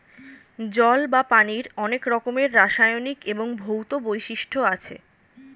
জল বা পানির অনেক রকমের রাসায়নিক এবং ভৌত বৈশিষ্ট্য আছে